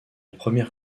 première